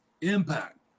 Impact